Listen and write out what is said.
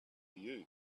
you